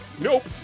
nope